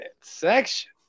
section